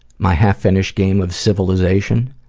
my half-finished game of civilization